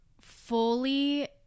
fully